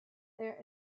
there